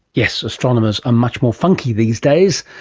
yes, astronomers are much more funky these days.